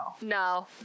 No